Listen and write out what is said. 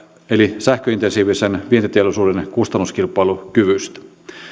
eli sähköintensiivisen vientiteollisuuden kustannuskilpailukyvystä